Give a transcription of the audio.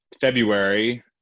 february